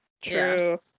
True